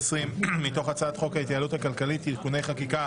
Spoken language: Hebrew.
מתוך הצעת חוק ההתייעלות הכלכלית (תיקוני חקיקה